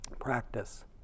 practice